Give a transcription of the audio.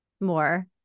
more